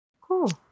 Cool